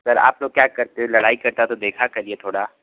sir आप लोग क्या करते लड़ाई करता है देखा करिए थोड़ा